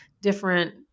different